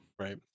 Right